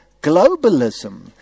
globalism